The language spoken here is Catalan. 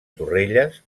torrelles